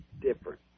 different